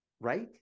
right